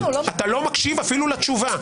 אתה לא מקשיב אפילו לתשובה,